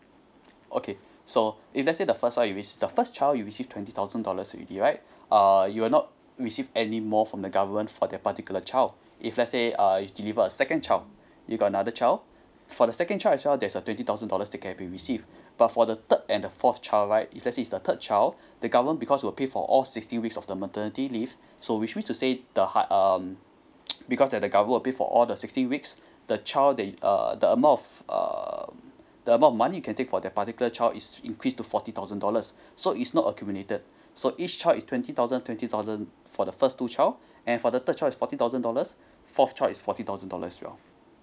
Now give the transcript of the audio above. okay so if lets say the first child you receive the first child you receive twenty thousand dollars already right err you will not receive any more from the government for that particular child if lets say uh you deliver a second child you got another child for the second child as well there's a twenty thousand dollars they can be received but for the third and the fourth child right lets say is the third child the government because will pay for all sixteen weeks of the maternity leave so which means to say the ha~ um because that the government will pay for all the sixteen weeks the child that err the amount of um the amount of money you can take for that particular child is to increase to forty thousand dollars so is not accumulated so each child is twenty thousand twenty thousand for the first two child and for the third child is forty thousand dollars fourth child is forty thousand dollars as well